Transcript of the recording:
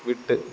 விட்டு